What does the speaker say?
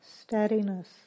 Steadiness